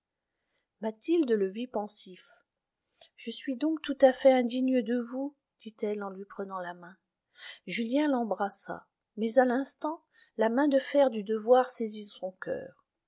mathilde le vit pensif je suis donc tout à fait indigne de vous dit-elle en lui prenant la main julien l'embrassa mais à l'instant la main de fer du devoir saisit son coeur